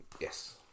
Yes